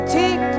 take